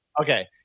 okay